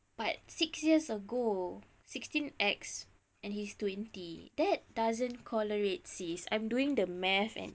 but six years ago sixteen ex and he's twenty that doesn't corroborate sis I'm doing the math and